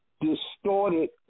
distorted